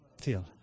Feel